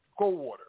Goldwater